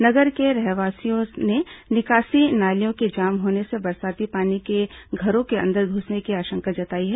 नगर के रहवासियों ने निकासी नालियों के जाम होने से बरसाती पानी के घरों के अंदर घुसने की आशंका जताई है